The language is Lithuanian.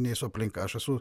nei su aplinka aš esu